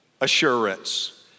assurance